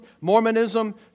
Mormonism